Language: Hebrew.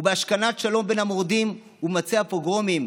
ובהשכנת שלום בין המורדים ומבצעי הפוגרומים